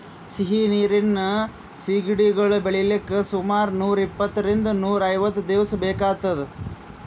ಸಿಹಿ ನೀರಿನ್ ಸಿಗಡಿಗೊಳ್ ಬೆಳಿಲಿಕ್ಕ್ ಸುಮಾರ್ ನೂರ್ ಇಪ್ಪಂತ್ತರಿಂದ್ ನೂರ್ ಐವತ್ತ್ ದಿವಸ್ ಬೇಕಾತದ್